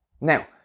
Now